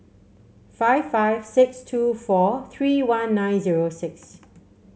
five five six two four three one nine zero six